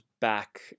back